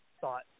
thought